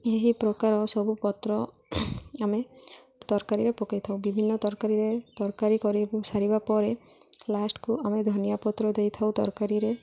ଏହି ପ୍ରକାର ସବୁ ପତ୍ର ଆମେ ତରକାରୀରେ ପକାଇଥାଉ ବିଭିନ୍ନ ତରକାରୀରେ ତରକାରୀ କରିସାରିବା ପରେ ଲାଷ୍ଟକୁ ଆମେ ଧନିଆ ପତ୍ର ଦେଇଥାଉ ତରକାରୀରେ